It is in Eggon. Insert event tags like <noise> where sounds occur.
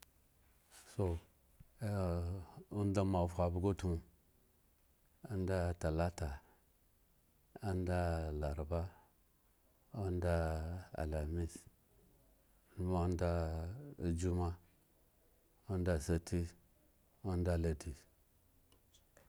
So <hesitation> moa afu abso utmu, oda talata, oda alaraba oda a alamis onum da ojuma, oda asati oda aladi